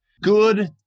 good